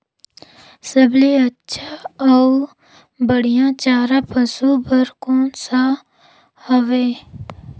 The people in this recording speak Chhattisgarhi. सबले अच्छा अउ बढ़िया चारा पशु बर कोन सा हवय?